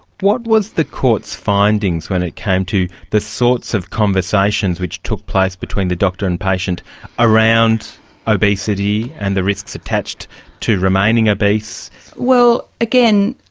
what was the court's findings when it came to the sorts of conversations which took place between the doctor and patient around obesity and the risks attached to remaining obese? well, again,